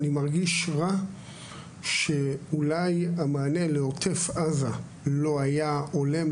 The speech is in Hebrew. אני מרגיש רע שאולי המענה לעוטף עזה לא היה הולם,